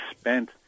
spent